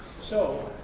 so,